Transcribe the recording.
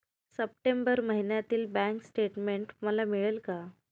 September महिन्यातील bank statement मला मिळेल का?